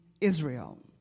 Israel